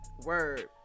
Word